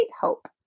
hope